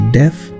death